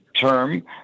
term